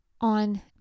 on